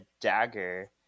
dagger